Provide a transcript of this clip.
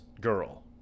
girl